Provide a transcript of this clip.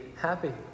happy